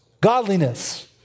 godliness